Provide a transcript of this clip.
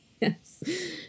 Yes